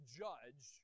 judge